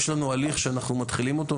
יש לנו הליך שאנחנו מתחילים אותו,